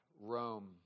Rome